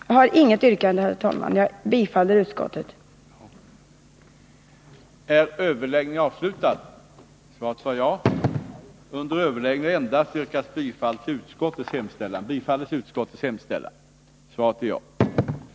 Jag har, herr talman, inget annat yrkande än bifall till utskottets hemställan.